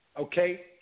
Okay